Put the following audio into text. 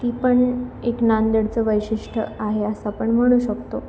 ती पण एक नांदेडचं वैशिष्ठ्य आहे असं आपण म्हणू शकतो